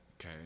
okay